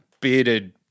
bearded